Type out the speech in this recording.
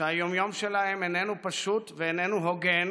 שהיום-יום שלהם איננו פשוט ואיננו הוגן,